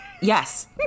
Yes